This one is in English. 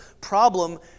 problem